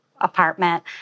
Apartment